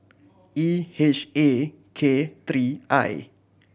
E H A K three I